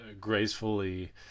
gracefully